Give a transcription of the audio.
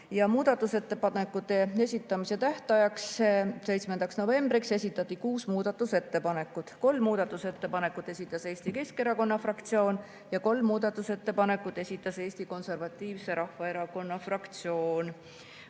muudatusettepanekute esitamise tähtajaks, 7. novembriks esitati kuus muudatusettepanekut. Kolm muudatusettepanekut esitas Eesti Keskerakonna fraktsioon ja kolm muudatusettepanekut Eesti Konservatiivse Rahvaerakonna fraktsioon.